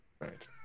Right